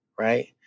right